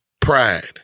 pride